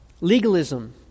Legalism